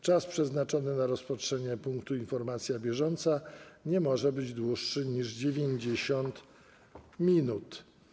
Czas przeznaczony na rozpatrzenie punktu: Informacja bieżąca nie może być dłuższy niż 90 minut.